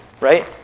right